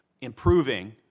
improving